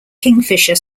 kingfisher